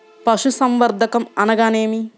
పశుసంవర్ధకం అనగానేమి?